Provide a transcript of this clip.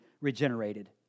regenerated